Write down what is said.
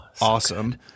awesome